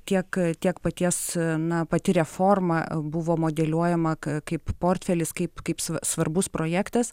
tiek tiek paties na pati reforma buvo modeliuojama kaip portfelis kaip sv svarbus projektas